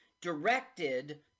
directed